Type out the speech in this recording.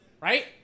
right